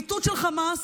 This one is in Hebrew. מיטוט של חמאס